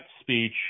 speech